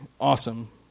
awesome